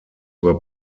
were